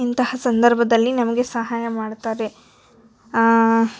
ಇಂತಹ ಸಂದರ್ಭದಲ್ಲಿ ನಮಗೆ ಸಹಾಯ ಮಾಡ್ತಾರೆ